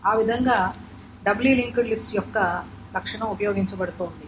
ఆ విధంగా doubly linked list యొక్క లక్షణం ఉపయోగించబడుతోంది